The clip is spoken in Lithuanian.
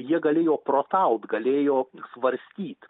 jie galėjo protaut galėjo svarstyt